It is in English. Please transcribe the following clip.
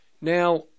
Now